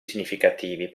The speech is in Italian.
significativi